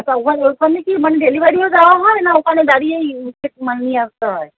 আচ্ছা ওখানে ওখানে কি মানে ডেলিভারিও দেওয়া হয় না ওখানে দাঁড়িয়েই হচ্ছে মানে নিয়ে আসতে হয়